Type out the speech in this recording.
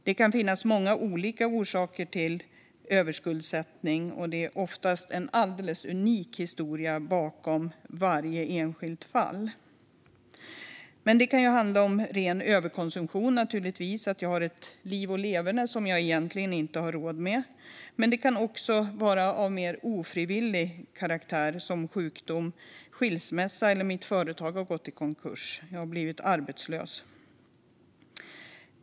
Det kan finnas många olika orsaker till överskuldsättning, och det finns oftast en alldeles unik historia bakom varje enskilt fall. Det kan naturligtvis handla om ren överkonsumtion, att jag har ett liv och leverne som jag egentligen inte har råd med. Men det kan också bero på omständigheter av mer ofrivillig karaktär, såsom sjukdom, skilsmässa, att mitt företag har gått i konkurs eller att jag har blivit arbetslös.